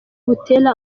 butera